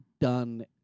done